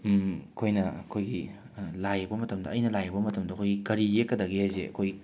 ꯑꯩꯈꯣꯏꯅ ꯑꯩꯈꯣꯏꯒꯤ ꯂꯥꯏ ꯌꯦꯛꯄ ꯃꯇꯝꯗ ꯑꯩꯅ ꯂꯥꯏ ꯌꯦꯛꯄ ꯃꯇꯝꯗ ꯑꯩꯈꯣꯏ ꯀꯔꯤ ꯌꯦꯛꯀꯗꯒꯦꯁꯦ ꯑꯩꯈꯣꯏ